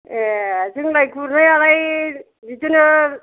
ए जोंलाय गुरनायालाय बिदिनो